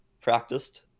practiced